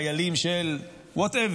חיילים של מצרים,